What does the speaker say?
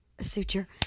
Suture